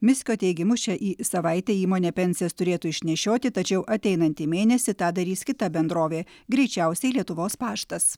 miskio teigimu šią savaitę įmonė pensijas turėtų išnešioti tačiau ateinantį mėnesį tą darys kita bendrovė greičiausiai lietuvos paštas